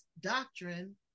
doctrine